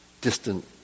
distant